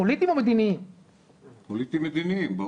פוליטיים או